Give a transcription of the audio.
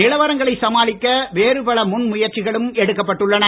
நிலவரங்களை சமாளிக்க வேறு பல முன் முயற்சிகளும் எடுக்கப்பட்டுள்ளன